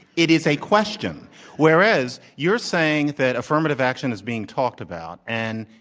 it is a question whereas you're saying that affirmative action is being talked about and,